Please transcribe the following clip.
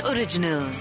Original